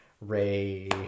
Ray